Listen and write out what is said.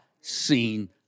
seen